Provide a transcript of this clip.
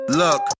look